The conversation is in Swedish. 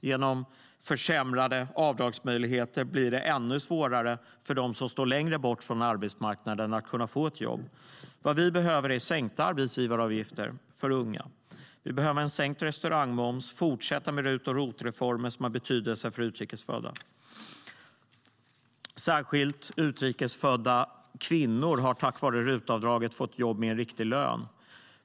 Genom försämrade avdragsmöjligheter blir det ännu svårare för dem som står längre bort från arbetsmarknaden att kunna få ett jobb. Vi behöver sänkta arbetsgivaravgifter för unga. Vi behöver sänkt restaurangmoms, och vi behöver fortsätta med RUT och ROT-reformen som har betydelse för utrikes födda. Särskilt utrikes födda kvinnor har tack vare RUT-avdraget fått jobb med en riktig lön.